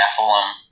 Nephilim